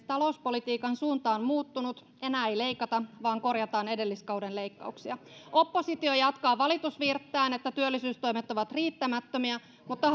talouspolitiikan suunta on muuttunut enää ei leikata vaan korjataan edelliskauden leikkauksia oppositio jatkaa valitusvirttään siitä että työllisyystoimet ovat riittämättömiä mutta